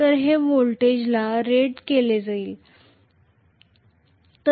तर हे व्होल्टेजला रेट केले जाईल